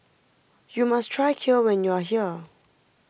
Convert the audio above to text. you must try Kheer when you are here